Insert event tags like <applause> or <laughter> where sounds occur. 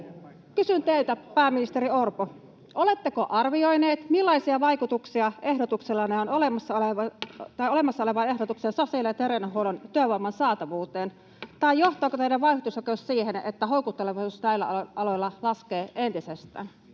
Kysyn teiltä, pääministeri Orpo: oletteko arvioineet, millaisia vaikutuksia <noise> olemassa olevalla ehdotuksellanne on sosiaali- ja terveydenhuollon työvoiman saatavuuteen, tai johtaako teidän vauhtisokeutenne siihen, että houkuttelevuus näillä aloilla laskee entisestään?